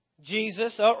Jesus